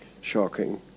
shocking